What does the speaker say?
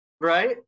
right